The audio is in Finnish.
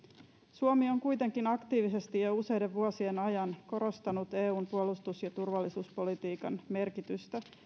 suomi on kuitenkin aktiivisesti jo useiden vuosien ajan korostanut eun puolustus ja turvallisuuspolitiikan merkitystä